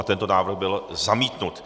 Tento návrh byl zamítnut.